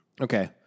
Okay